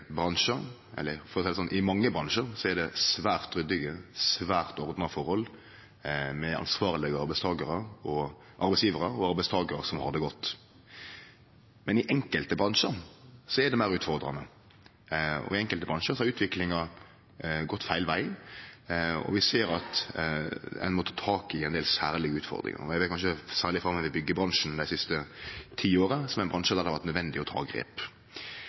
for å seie det slik. I mange bransjar er det svært ryddige, svært ordna, forhold, med ansvarlege arbeidstakarar og arbeidsgjevarar og med arbeidstakarar som har det godt. Men i enkelte bransjar er det meir utfordrande. I enkelte bransjar har utviklinga gått feil veg, og vi ser at ein må ta tak i ein del særlege utfordringar. Eg vil kanskje særleg framheve byggjebransjen dei siste tiåra, som er ein bransje der det har vore nødvendig å ta grep.